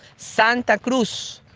santa cruz,